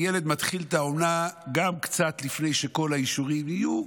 יודע שהילד מתחיל את האומנה גם קצת לפני שכל האישורים יהיו,